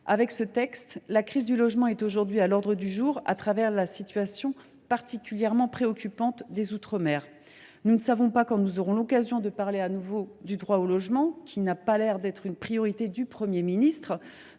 Avec ce texte, la crise du logement est aujourd’hui à notre ordre du jour au travers de la situation particulièrement préoccupante des outre mer. Nous ne savons pas quand nous aurons l’occasion de parler de nouveau du droit au logement, lequel ne semble pas être une priorité du Premier ministre.